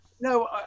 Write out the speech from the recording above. No